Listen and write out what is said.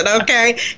okay